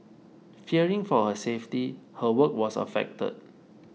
fearing for her safety her work was affected